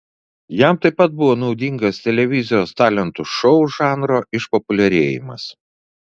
jam taip pat buvo naudingas televizijos talentų šou žanro išpopuliarėjimas